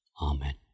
Amen